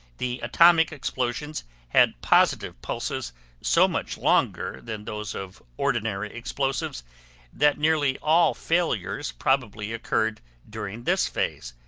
the atomic explosions had positive pulses so much longer then those of ordinary explosives that nearly all failures probably occurred during this phase,